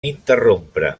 interrompre